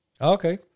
Okay